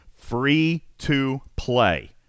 free-to-play